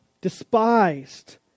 despised